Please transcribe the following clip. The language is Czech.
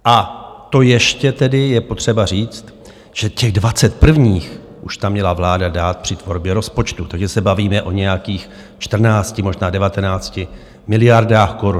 A to ještě tedy je potřeba říct, že těch 20 prvních už tam měla vláda dát při tvorbě rozpočtu, takže se bavíme o nějakých 14, možná 19 miliardách korun.